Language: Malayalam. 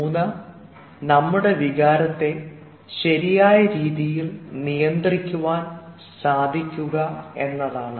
മൂന്ന് നമ്മുടെ വികാരത്തെ ശരിയായ രീതിയിൽ നിയന്ത്രിക്കുവാൻ സാധിക്കുക എന്നതാണ്